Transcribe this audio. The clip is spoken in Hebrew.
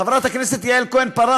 חברת הכנסת יעל כהן-פארן,